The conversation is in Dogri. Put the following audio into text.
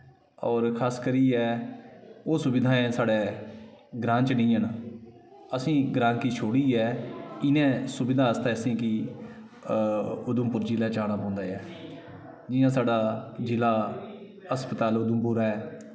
होर खास करियै ओह् सुविधाएं साढ़े ग्रांऽ च निं हैन असें ई ग्रांऽ गी छोड़ियां इ'नें सुविधाएं आस्तै असें गी उधमपुर जिला च आना पौंदा ऐ जि'यां साढ़ा जिला अस्पताल उधमपुर ऐ